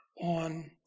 on